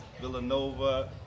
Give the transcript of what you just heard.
Villanova